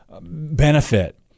benefit